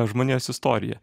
žmonijos istoriją